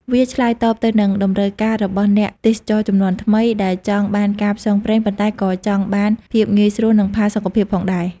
វាឆ្លើយតបទៅនឹងតម្រូវការរបស់អ្នកទេសចរជំនាន់ថ្មី ដែលចង់បានការផ្សងព្រេង ប៉ុន្តែក៏ចង់បានភាពងាយស្រួល និងផាសុកភាពផងដែរ។